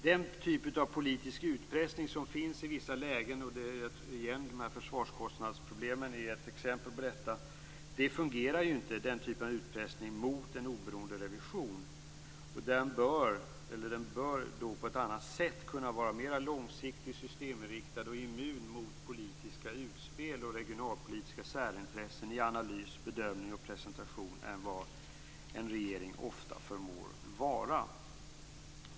Den typ av politisk utpressning som finns i vissa lägen - och försvarskostnadsproblemen är ett exempel på detta - fungerar ju inte mot en oberoende revision. Den bör då på ett annat sätt kunna vara mera långsiktig, systeminriktad och immun mot politiska utspel och regionalpolitiska särintressen i analys, bedömning och presentation än vad en regeringen ofta förmår att vara.